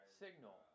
signal